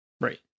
Right